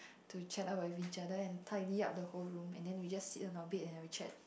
to chat up with each other and tidy up the whole room and then we just sit on our bed and have a chat